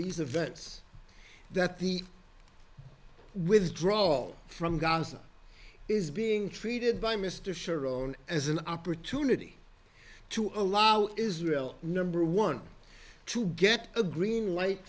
these events that the withdrawal from gaza is being treated by mr sharon as an opportunity to allow israel number one to get a green light